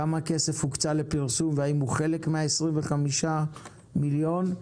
כמה כסף הוקצה לפרסום והאם הוא חלק מהסכום הכולל של 25,000,000 ₪,